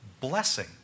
blessing